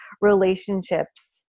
relationships